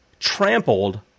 Trampled